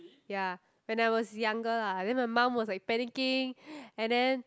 ya when I was younger lah then my mum was like panicking and then